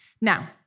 Now